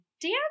dance